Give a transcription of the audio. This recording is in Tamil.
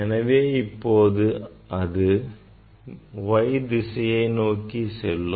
எனவே இப்போது அது y திசையை நோக்கி செல்லும்